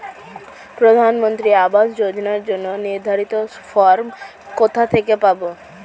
প্রধানমন্ত্রী আবাস যোজনার জন্য নির্ধারিত ফরম কোথা থেকে পাব?